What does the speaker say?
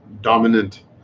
dominant